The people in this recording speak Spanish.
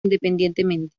independientemente